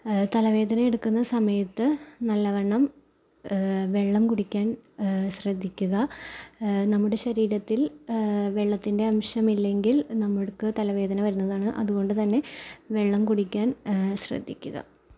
തലവേദനയെടുക്കുന്ന സമയത്ത് നല്ലവണ്ണം വെള്ളം കുടിക്കാൻ ശ്രദ്ധിക്കുക നമ്മുടെ ശരീരത്തിൽ വെള്ളത്തിൻ്റെ അംശം ഇല്ലെങ്കിൽ നമുക്ക് തലവേദന വരുന്നതാണ് അതുകൊണ്ടുതന്നെ വെള്ളം കുടിക്കാൻ ശ്രദ്ധിക്കുക